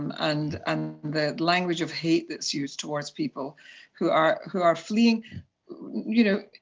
um and and the language of hate that's used towards people who are who are fleeing you know,